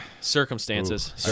circumstances